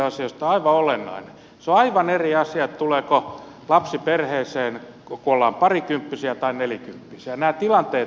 se on aivan eri asia tuleeko lapsi perheeseen kun ollaan parikymppisiä tai nelikymppisiä nämä tilanteet vaihtelevat